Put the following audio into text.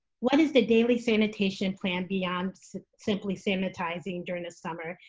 what is the daily sanitation plan beyond simply sanitizing during the summer,